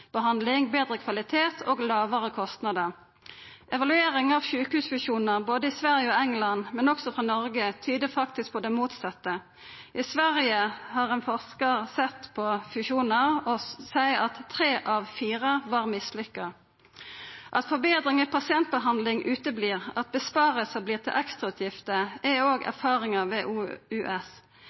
betre kvalitet og lågare kostnadar. Evaluering av sjukehusfusjonar både i Sverige og England, men også i Noreg, tyder faktisk på det motsette. I Sverige har ein forskar sett på fusjonar og seier at tre av fire var mislykka. At forbetringar i pasientbehandling ikkje vert noko av, og at innsparingar vert til ekstrautgifter, er òg erfaringa ved